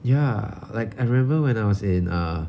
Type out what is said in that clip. ya like I remember when I was in err